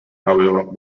however